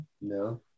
No